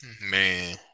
man